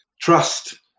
trust